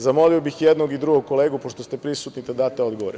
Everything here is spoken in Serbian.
Zamolio bih i jednog i drugog kolegu, pošto ste prisutni da date odgovore.